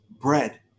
bread